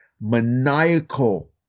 maniacal